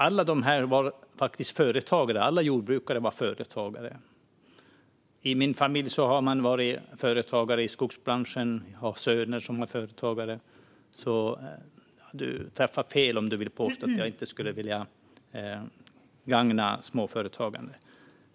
Alla jordbrukare var företagare. I min familj har man varit företagare i skogsbranschen, och jag har söner som är företagare. Du träffar fel om du påstår att jag inte vill gagna småföretagande.